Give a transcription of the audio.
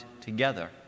together